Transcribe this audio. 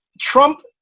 trump